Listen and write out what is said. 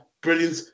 brilliant